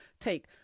take